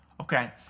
Okay